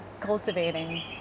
cultivating